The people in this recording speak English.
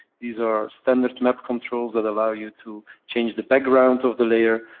these are standard map controls that allow you to change the backgrounds of the layer,